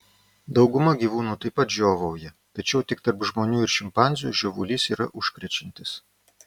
dauguma gyvūnų taip pat žiovauja tačiau tik tarp žmonių ir šimpanzių žiovulys yra užkrečiantis